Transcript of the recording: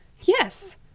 yes